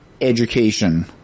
education